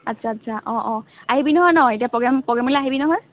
আচ্ছা আচ্ছা অঁ অঁ আহিবি নহয় ন এতিয়া প্ৰগ্ৰেমলৈ আহিবি নহয়